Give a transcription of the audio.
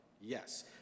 yes